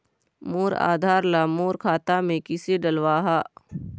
मोर आधार ला मोर खाता मे किसे डलवाहा?